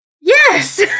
Yes